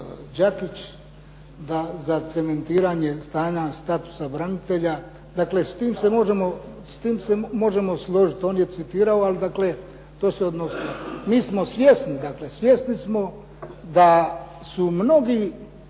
da za zacementiranje stanja statusa branitelja. Dakle, s tim se možemo složiti. On je citirao, ali dakle to se odnosi. Mi smo svjesni, dakle svjesni smo da su mnogi